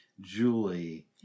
Julie